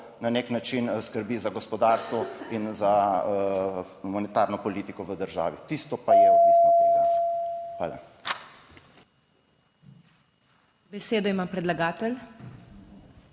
na nek način skrbi za gospodarstvo in za monetarno politiko v državi, tisto pa je odvisno od tega. Hvala. **PODPREDSEDNICA MAG.